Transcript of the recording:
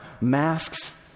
Masks